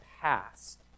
passed